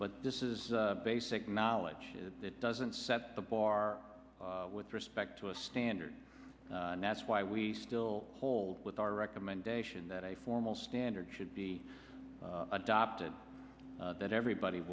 but this is basic knowledge that doesn't set the bar with respect to a standard and that's why we still hold with our recommendation that a formal standard should be adopted that everybody